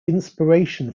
inspiration